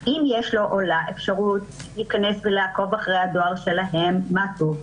אם יש לו או לה אפשרות להיכנס ולעקוב אחרי הדואר שלהם מה טוב.